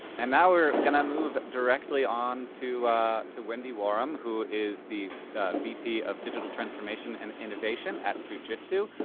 and now we're gonna move directly on to to wendy warham, who is the vp of digital transformation and innovation at fujitsu.